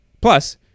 plus